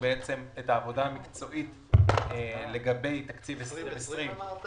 את העבודה המקצועית על תקציב 2020 סיימנו.